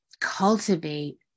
cultivate